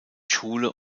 schule